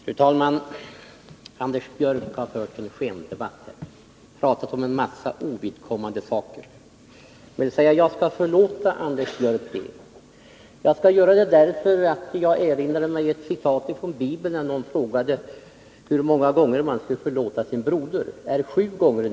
Fru talman! Anders Björck för en skendebatt och pratar om en massa ovidkommande saker. Men jag skall förlåta honom. Det skall jag göra därför att jag erinrar mig ett citat ur Bibeln, där någon frågar hur många gånger man skall förlåta sin broder. ”Är sju gånger nog?